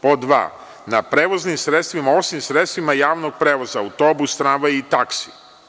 Pod dva, na prevoznim sredstvima, osim sredstvima javnog prevoza, autobus, tramvaj i taksi.